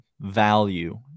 value